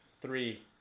three